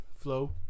flow